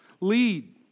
Lead